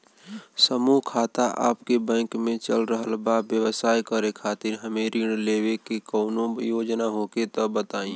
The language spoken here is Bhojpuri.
समूह खाता आपके बैंक मे चल रहल बा ब्यवसाय करे खातिर हमे ऋण लेवे के कौनो योजना होखे त बताई?